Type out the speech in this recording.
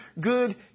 good